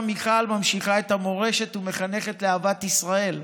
מיכל ממשיכה את המורשת ומחנכת לאהבת ישראל.